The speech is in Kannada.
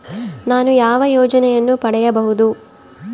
ನಾನು ಯಾವ ಯೋಜನೆಯನ್ನು ಪಡೆಯಬಹುದು?